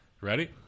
Ready